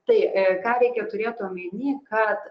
tai ką reikia turėt omeny kad